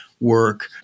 Work